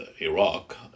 Iraq